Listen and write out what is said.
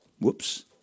Whoops